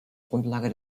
grundlage